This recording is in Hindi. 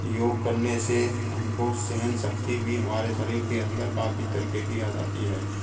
योग करने से हमको सहनशक्ति भी हमारे शरीर के अंदर काफ़ी तरीके की याद आती है